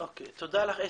תודה לך.